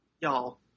Y'all